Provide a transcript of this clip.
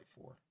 four